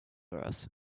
hers